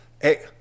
Hey